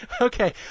Okay